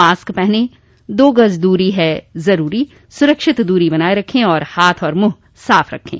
mask पहनें दो गज़ दूरी है ज़रूरी सुरक्षित दूरी बनाए रखें हाथ और मुंह साफ़ रखें